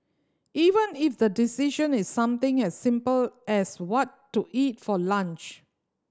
even if the decision is something as simple as what to eat for lunch